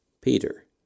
Peter